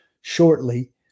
shortly